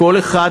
לכל אחד